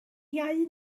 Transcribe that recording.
iau